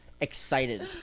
excited